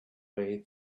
way